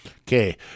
Okay